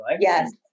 Yes